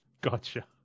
gotcha